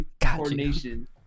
coordination